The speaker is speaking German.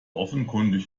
offenkundig